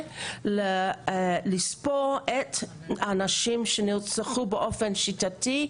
לספור את הנשים שנרצחו באופן שיטתי,